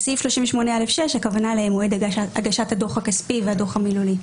בסעיף 38(א)(6) הכוונה למועד הגשת הדוח הכספי והדוח המילוי.